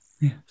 Yes